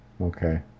okay